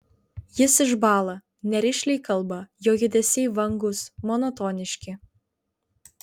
jis išbąla nerišliai kalba jo judesiai vangūs monotoniški